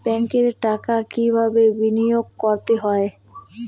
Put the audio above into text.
ব্যাংকে টাকা কিভাবে বিনোয়োগ করতে হয়?